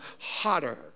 hotter